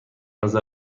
نظر